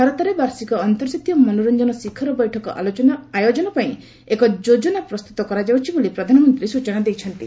ଭାରତରେ ବାର୍ଷିକ ଅନ୍ତର୍ଜାତୀୟ ମନୋର୍ଚ୍ଚନ ଶିଖର ବୈଠକ ଆୟୋଜନ ପାଇଁ ଏକ ଯୋଜନା ପ୍ରସ୍ତତ କରାଯାଉଛି ବୋଲି ପ୍ରଧାନମନ୍ତ୍ରୀ ସ୍ଟଚନା ଦେଇଛନ୍ତି